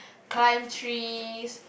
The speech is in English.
climb trees